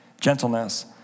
gentleness